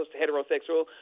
heterosexual